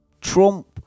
Trump